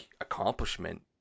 accomplishment